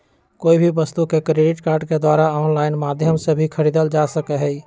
कोई भी वस्तु के क्रेडिट कार्ड के द्वारा आन्लाइन माध्यम से भी खरीदल जा सका हई